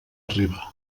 arribar